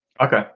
Okay